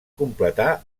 completar